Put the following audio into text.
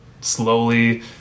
slowly